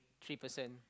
three person